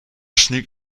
sneak